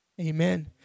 Amen